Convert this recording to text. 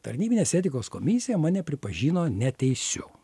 tarnybinės etikos komisija mane pripažino neteisiu